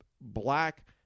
black